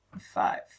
five